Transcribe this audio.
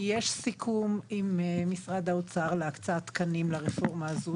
יש סיכום עם משרד האוצר להקצאת תקנים לרפורמה הזאת.